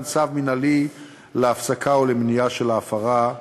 צו מינהלי להפסקה או למניעה של ההפרה,